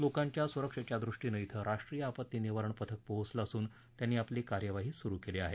लोकांच्या सुरक्षेच्या दृष्टीनं इथं राष्ट्रीय आपत्ती निवारण पथक पोचलं असून त्यांनी आपली कार्यवाही सुरु केली आहे